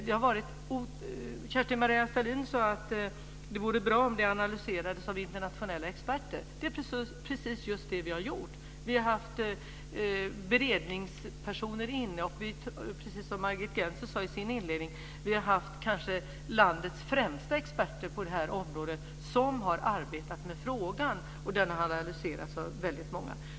Kerstin-Maria Stalin sade att det vore bra om det analyserades av internationella experter. Det är precis vad vi har gjort. Vi har tagit in beredningspersoner. Precis som Margit Gennser sade i sin inledning har vi haft landets kanske främsta experter på området, som har arbetat med frågan. Den har analyserats av många.